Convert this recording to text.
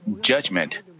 judgment